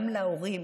גם להורים